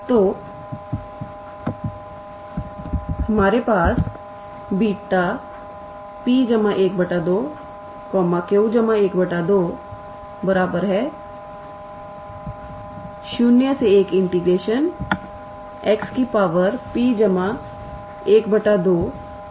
तो हमारे Β p12 q12 01 𝑥p12−1 1 − 𝑥 q12−1 𝑑𝑥 को जानते हैं